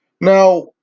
Now